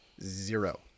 Zero